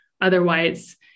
otherwise